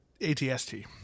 ATST